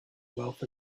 wealth